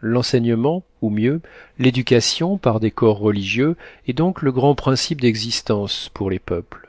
l'enseignement ou mieux l'éducation par des corps religieux est donc le grand principe d'existence pour les peuples